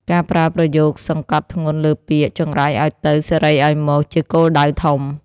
ការប្រើប្រយោគសង្កត់ធ្ងន់លើពាក្យ ចង្រៃឱ្យទៅ សិរីឱ្យមក ជាគោលដៅធំ។